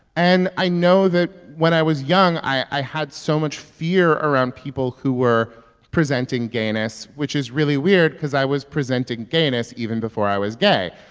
and i know that when i was young, i i had so much fear around people who were presenting gayness, which is really weird cause i was presenting gayness even before i was gay.